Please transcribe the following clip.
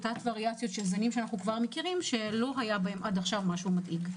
תת-וריאציות של זנים שלא היה בהם עד עכשיו משהו מדאיג.